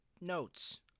notes